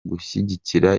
gushyigikira